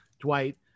dwight